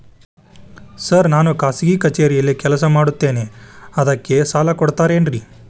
Sir ನಾನು ಖಾಸಗಿ ಕಚೇರಿಯಲ್ಲಿ ಕೆಲಸ ಮಾಡುತ್ತೇನೆ ಅದಕ್ಕೆ ಸಾಲ ಕೊಡ್ತೇರೇನ್ರಿ?